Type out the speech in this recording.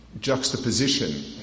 juxtaposition